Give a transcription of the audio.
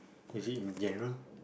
is it in general